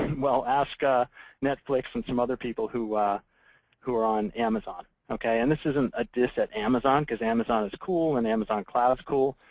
well, ask ah netflix and some other people who who are on amazon. and this isn't a dis at amazon. because amazon is cool, and amazon cloud's cool.